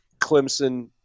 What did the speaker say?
Clemson